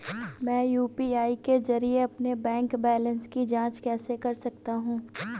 मैं यू.पी.आई के जरिए अपने बैंक बैलेंस की जाँच कैसे कर सकता हूँ?